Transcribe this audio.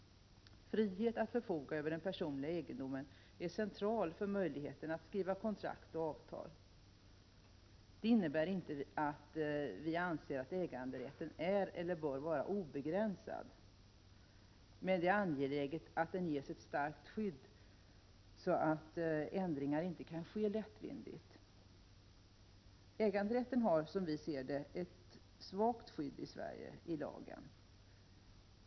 Friheten att förfoga över den personliga egendomen är central för möjligheten att skriva kontrakt och avtal. Det innebär inte att vi anser att äganderätten är eller bör vara obegränsad. Men det är angeläget att den rätten ges ett starkt skydd, så att ändringar inte kan ske lättvindigt. Äganderätten har i Sverige ett svagt skydd i lagen.